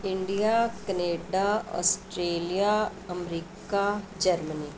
India Canada Australia America Germany